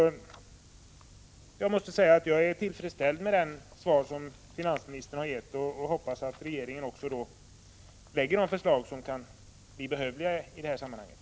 Jag måste säga att jag är tillfredsställd med det svar som finansministern givit, och jag hoppas att regeringen också kommer att lägga fram de förslag som kan erfordras i detta sammanhang.